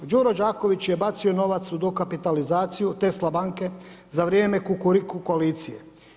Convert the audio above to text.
Đuro Đaković je bacio novac u dokapitalizaciju Tesla banke za vrijeme kukuriku koalicije.